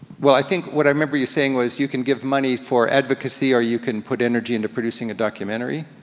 well i think what i remember you saying was you can give money for advocacy, or you can put energy into producing a documentary?